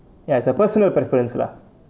ya it's a personal preference lah